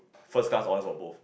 first class honours for both